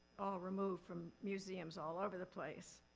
removed from museums all over the place.